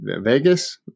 Vegas